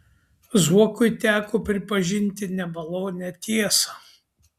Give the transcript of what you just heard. zuokui teko pripažinti nemalonią tiesą